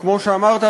וכמו שאמרת,